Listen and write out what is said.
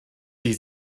die